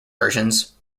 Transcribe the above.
versions